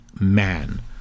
man